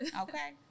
Okay